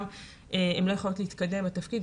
הן גם לא יכולות להתקדם בתפקיד,